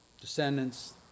Descendants